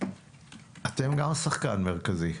אתם גם שחקן מרכזי,